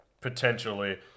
potentially